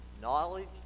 Knowledge